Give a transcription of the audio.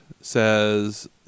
says